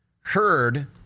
heard